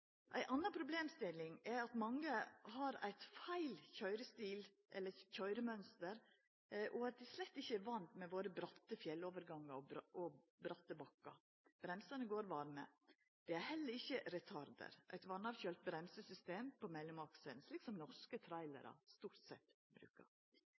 Ei anna problemstilling er at mange har feil køyremønster, og at dei slett ikkje er vane med dei bratte fjellovergangane og dei bratte bakkane våre. Bremsane går varme. Det er heller ikkje retarder, eit vassavkjølt bremsesystem knytt til mellomakselen, som norske